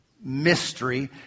mystery